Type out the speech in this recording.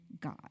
God